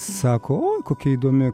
sako oi kokia įdomi